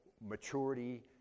maturity